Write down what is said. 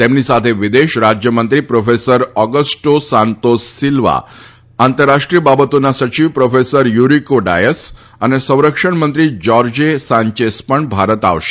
તેમની સાથે વિદેશ રાજ્યમંત્રી પ્રોફેસર ઓગસ્ટો સાન્તોસ સિલ્વા આંતરરાષ્ટ્રીય બાબતોના સચિવ પ્રોફેસર યુરીકો ડાયસ અને સંરક્ષણ મંત્રી જ્યોર્ગે સાંચેસ પણ ભારત આવશે